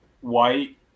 White